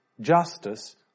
justice